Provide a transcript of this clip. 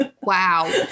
Wow